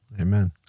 Amen